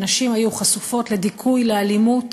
הנשים היו חשופות לדיכוי, לאלימות.